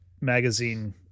magazine